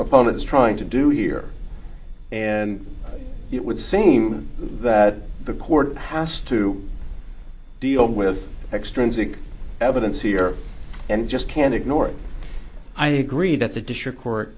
opponent is trying to do here and it would seem that the court has to deal with extrinsic evidence here and just can't ignore it i agree that the district court